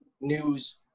news